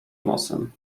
nosem